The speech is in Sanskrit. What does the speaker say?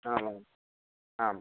आम् आम् आं